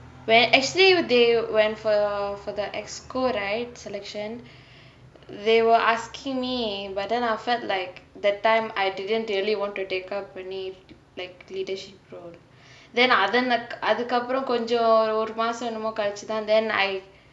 well actually they went for for the executive committee right selection they were asking me but then I felt like that time I didn't really wanted to take up any like leadership program then அத அதுக்கு அப்ரோ கொஞ்சோ ஒரு மாசோ என்னமோ கழிச்சுதா:atha athuku apro konjo oru maaso ennamo kalichuthaa then I